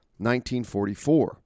1944